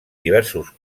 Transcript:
diversos